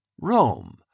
Rome